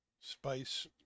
Spice